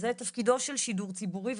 זה תפקידו של שידור ציבורי,